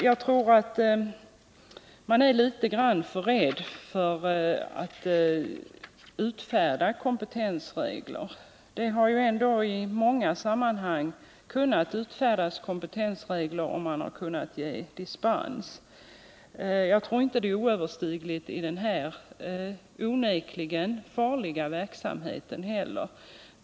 Jag tror att man är alltför rädd för att utfärda kompetensregler. Det har ju ändå i många sammanhang kunnat utfärdas kompetensregler, och man har kunnat ge dispens. Jag tror inte att det är oöverstigliga hinder i den här onekligen farliga verksamheten heller.